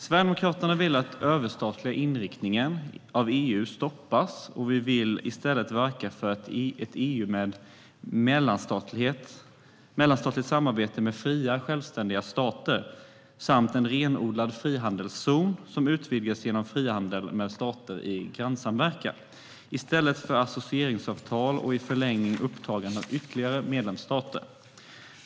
Sverigedemokraterna vill att den överstatliga inriktningen av EU stoppas, och vi vill i stället verka för ett EU med mellanstatligt samarbete mellan fria självständiga stater samt en renodlad frihandelszon som utvidgas genom frihandelsavtal med stater i grannsamverkan i stället för associeringsavtal och i förlängningen upptagande av ytterliga medlemsstater.